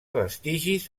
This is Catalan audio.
vestigis